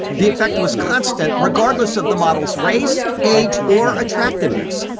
the effect was constant regardless of the model's race, age or attractiveness.